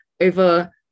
over